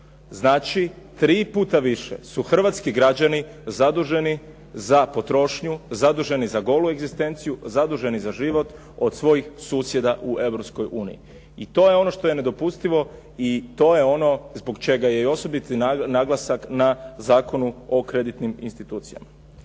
Znači 3 puta više su hrvatski građani zaduženi za potrošnju, zaduženi za golu egzistenciju, zaduženi za život od svojih susjeda u Europskoj uniji. I to je ono što je nedopustivo i to je ono zbog čega je i osobiti naglasak na Zakonu o kreditnim institucijama.